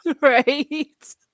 right